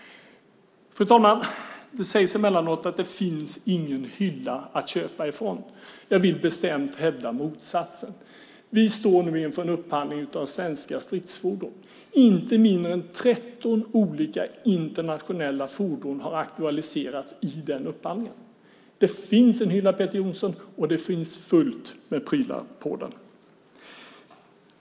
Fru talman! Det sägs emellanåt att det inte finns någon hylla att köpa ifrån. Jag vill bestämt hävda motsatsen. Vi står nu inför en upphandling av svenska stridsfordon. Inte mindre än 13 olika internationella fordon har aktualiserats i denna upphandling. Det finns en hylla, Peter Jonsson, och det finns fullt med prylar på den.